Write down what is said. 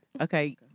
Okay